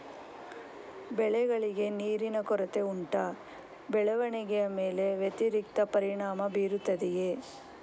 ಬೆಳೆಗಳಿಗೆ ನೀರಿನ ಕೊರತೆ ಉಂಟಾ ಬೆಳವಣಿಗೆಯ ಮೇಲೆ ವ್ಯತಿರಿಕ್ತ ಪರಿಣಾಮಬೀರುತ್ತದೆಯೇ?